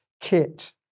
kit